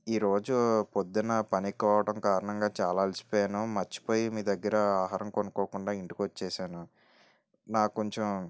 ఈరోజు పొద్దున పని ఎక్కువ అవ్వటం కారణంగా చాలా అలసిపోయాను మర్చిపోయి మీ దగ్గర ఆహారం కొనుక్కోకుండా ఇంటికి వచ్చేసాను నాకు కొంచెం